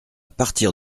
partir